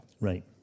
Right